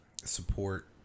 support